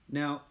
now